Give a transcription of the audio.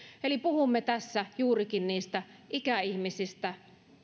eli puhumme tässä juurikin niistä ikäihmisistä